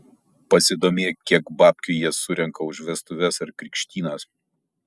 pasidomėk kiek babkių jie surenka už vestuves ar krikštynas